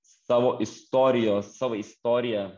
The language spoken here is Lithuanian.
savo istorijos savo istoriją